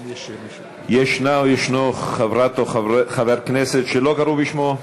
יש חברת כנסת או חבר כנסת שלא קראו בשמם?